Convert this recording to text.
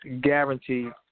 Guaranteed